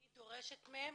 היא דורשת מהם,